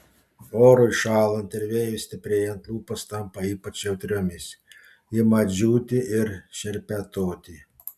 orui šąlant ir vėjui stiprėjant lūpos tampa ypač jautriomis ima džiūti ir šerpetoti